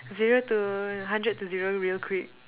zero to hundred to zero real quick